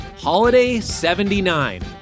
HOLIDAY79